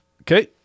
Okay